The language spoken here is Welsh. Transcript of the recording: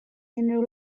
unrhyw